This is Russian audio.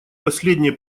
последние